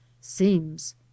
seems